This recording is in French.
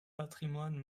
patrimoine